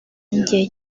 igihe